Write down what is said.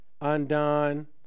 undone